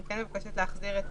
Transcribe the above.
אני מבקשת להחזיר את